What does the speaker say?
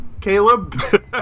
Caleb